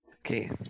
Okay